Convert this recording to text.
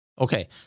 Okay